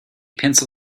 pencil